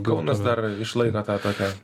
kaunas dar išlaiko tą tokią